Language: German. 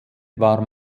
war